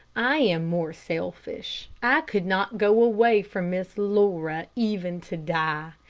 i am more selfish. i could not go away from miss laura even to die.